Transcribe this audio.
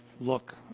look